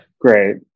great